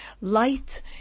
Light